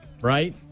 Right